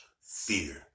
Fear